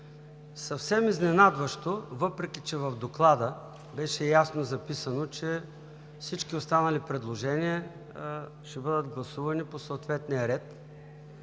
съвсем изненадващо, въпреки че в Доклада беше ясно записано, че всички останали предложения ще бъдат гласувани по съответния ред,